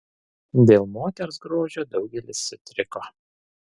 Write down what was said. dėl moters grožio daugelis sutriko